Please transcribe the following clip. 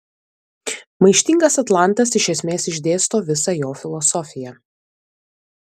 maištingas atlantas iš esmės išdėsto visą jo filosofiją